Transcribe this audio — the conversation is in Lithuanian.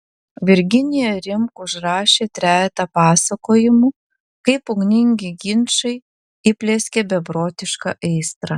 virginija rimk užrašė trejetą pasakojimų kaip ugningi ginčai įplieskė beprotišką aistrą